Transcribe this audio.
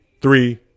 three